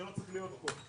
שלא צריך להיות פה.